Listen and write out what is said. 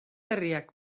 herriak